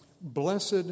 Blessed